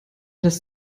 das